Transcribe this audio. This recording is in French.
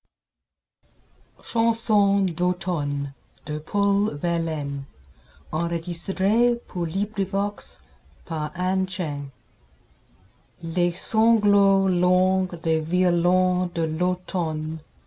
chanson d'automne les sanglots longs des violons de l'automne